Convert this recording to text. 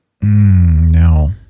No